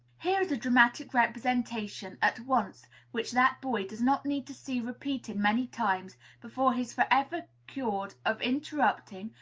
here is a dramatic representation at once which that boy does not need to see repeated many times before he is forever cured of interrupting,